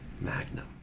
Magnum